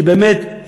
כי באמת,